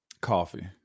Coffee